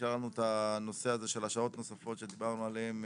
נשאר לנו את הנושא הזה של השעות הנוספות שדיברנו עליהם.